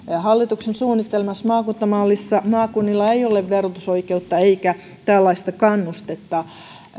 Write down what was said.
hallituksen suunnittelemassa maakuntamallissa maakunnilla ei ole verotusoikeutta eikä tällaista kannustetta